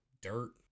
dirt